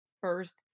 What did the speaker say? first